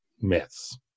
myths